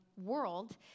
world